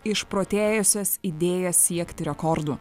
išprotėjusias idėjas siekti rekordų